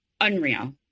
unreal